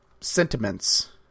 sentiments